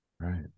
Right